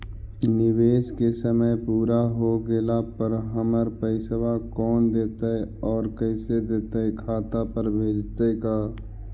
निवेश के समय पुरा हो गेला पर हमर पैसबा कोन देतै और कैसे देतै खाता पर भेजतै का?